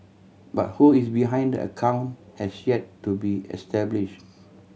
but who is behind the account has yet to be established